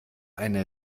eine